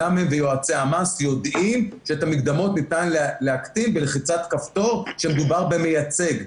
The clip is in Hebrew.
ויועצי המס יודעים שאת המקדמות ניתן הקטין בלחיצת כפתור כשמדובר במייצג.